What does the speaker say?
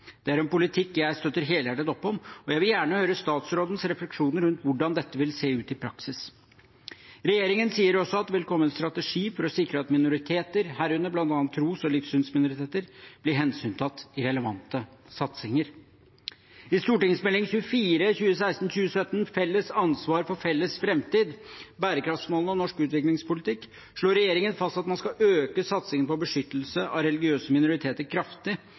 Det er en politikk jeg støtter helhjertet opp om, og jeg vil gjerne høre utenriksministerens refleksjoner rundt hvordan dette vil se ut i praksis. Regjeringen sier også at den vil komme med en strategi for å sikre at minoriteter, herunder bl.a. tros- og livssynsminoriteter, blir hensyntatt i relevante satsinger. I Meld. St. 24 for 2016–2017, Felles ansvar for felles fremtid – Bærekraftsmålene og norsk utviklingspolitikk, slo regjeringen fast at man skal øke satsingen på beskyttelse av religiøse minoriteter kraftig,